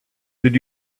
did